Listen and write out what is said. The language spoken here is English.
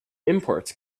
imports